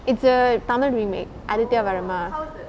it's a tamil remake Aaditya Varma varma